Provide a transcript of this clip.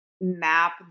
map